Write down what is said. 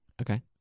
Okay